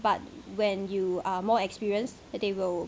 but when you are more experienced they will